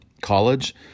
college